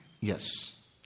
Yes